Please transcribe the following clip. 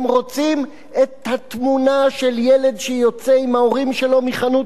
הן רוצות את התמונה של ילד שיוצא עם ההורים שלו מחנות